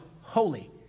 Holy